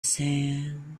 sand